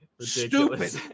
stupid